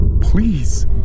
Please